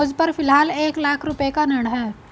मुझपर फ़िलहाल एक लाख रुपये का ऋण है